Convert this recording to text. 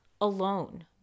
alone